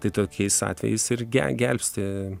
tai tokiais atvejais ir ge gelbsti